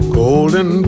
golden